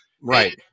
right